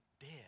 dead